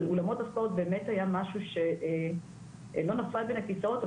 אבל אולמות הספורט באמת היה משהו שלא נפל בין הכסאות,